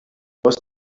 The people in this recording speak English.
was